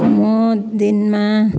म दिनमा